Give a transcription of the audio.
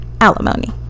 alimony